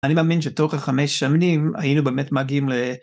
אני מאמין שתוך החמש שנים, היינו באמת מגיעים ל...